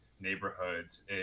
neighborhoods